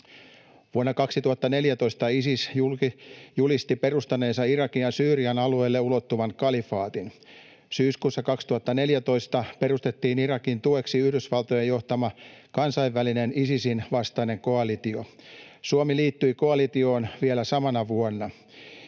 Vuonna 2014 Isis julisti perustaneensa Irakin ja Syyrian alueille ulottuvan kalifaatin. Syyskuussa 2014 perustettiin Irakin tueksi Yhdysvaltojen johtama kansainvälinen Isisin vastainen koalitio. Suomi liittyi koalitioon vielä samana vuonna.